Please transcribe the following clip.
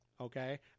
Okay